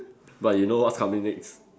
but you know what's coming next